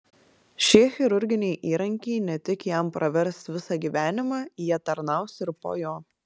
šie chirurginiai įrankiai ne tik jam pravers visą gyvenimą jie tarnaus ir po jo